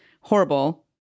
horrible